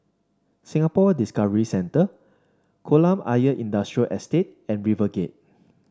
Singapore Discovery Centre Kolam Ayer Industrial Estate and RiverGate